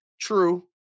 True